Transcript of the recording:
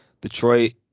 Detroit